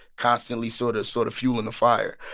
constantly sort of sort of fueling the fire.